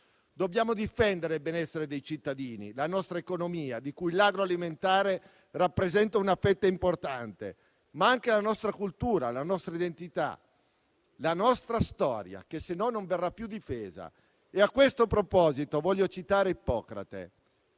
Dobbiamo difendere il benessere dei cittadini e la nostra economia, di cui l'agroalimentare rappresenta una fetta importante, ma anche la nostra cultura, la nostra identità, la nostra storia, che altrimenti non verrà più difesa. A questo proposito, voglio citare Ippocrate: